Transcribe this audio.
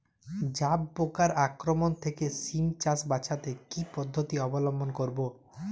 জাব পোকার আক্রমণ থেকে সিম চাষ বাচাতে কি পদ্ধতি অবলম্বন করব?